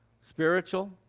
spiritual